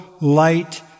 light